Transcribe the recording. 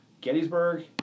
Gettysburg